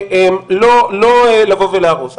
לא לבוא ולהרוס.